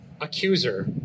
accuser